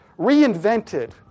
reinvented